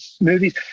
movies